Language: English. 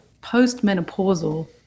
post-menopausal